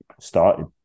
started